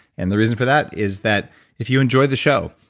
and the reason for that, is that if you enjoy the show,